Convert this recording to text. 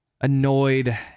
annoyed